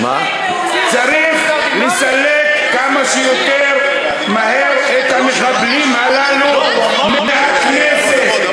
צריך לסלק כמה שיותר מהר את המחבלים הללו מהכנסת,